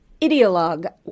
ideologue